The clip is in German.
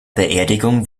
beerdigung